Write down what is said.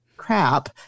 Crap